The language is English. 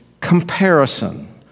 comparison